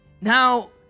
Now